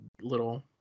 little